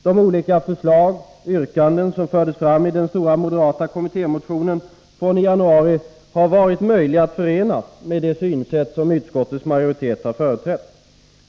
De olika yrkanden som fördes fram i den stora moderata kommittémotionen från januari har varit möjliga att förena med det synsätt som utskottets majoritet har företrätt.